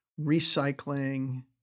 recycling